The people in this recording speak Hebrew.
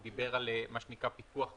הוא דיבר על מה שנקרא פיקוח פנימי.